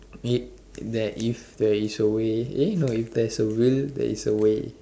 it there if there is a way eh no if there is a will there is a way